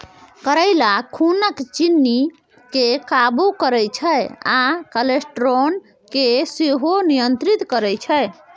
करेला खुनक चिन्नी केँ काबु करय छै आ कोलेस्ट्रोल केँ सेहो नियंत्रित करय छै